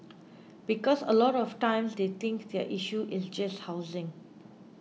because a lot of times they think their issue is just housing